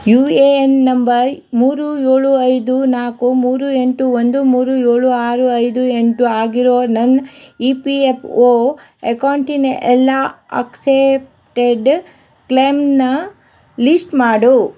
you A N number ಮೂರು ಏಳು ಐದು ನಾಲ್ಕು ಮೂರು ಎಂಟು ಒಂದು ಮೂರು ಏಳು ಆರು ಐದು ಎಂಟು ಆಗಿರೋ ನನ್ನ ಇ ಪಿ ಎಪ್ ಓ ಅಕೌಂಟಿನ ಎಲ್ಲ ಅಕ್ಸೆಪ್ಟೆಡ್ ಕ್ಲೇಮ್ನ ಲೀಸ್ಟ್ ಮಾಡು